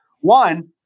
one